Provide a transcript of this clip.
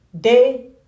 day